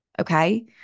Okay